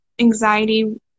anxiety